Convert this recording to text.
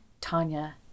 Tanya